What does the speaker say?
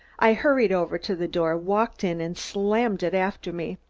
i hurried over to the door, walked in and slammed it after me.